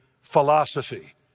philosophy